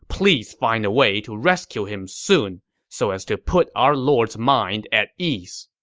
please find a way to rescue him soon so as to put our lord's mind at ease.